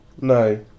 No